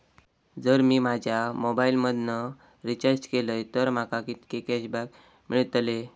जर मी माझ्या मोबाईल मधन रिचार्ज केलय तर माका कितके कॅशबॅक मेळतले?